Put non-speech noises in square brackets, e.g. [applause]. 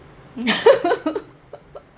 no [laughs]